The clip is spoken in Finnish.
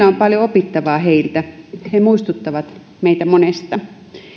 on paljon opittavaa heiltä he muistuttavat meitä monesta